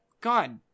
God